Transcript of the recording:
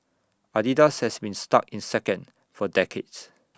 Adidas has been stuck in second for decades